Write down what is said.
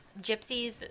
gypsies